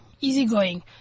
easygoing